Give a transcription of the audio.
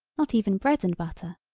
not even bread and butter,